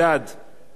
אינו נמצא.